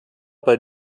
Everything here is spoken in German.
bei